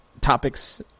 topics